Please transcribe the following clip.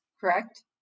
correct